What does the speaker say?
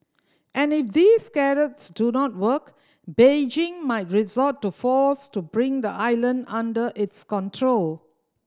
and if these carrots do not work Beijing might resort to force to bring the island under its control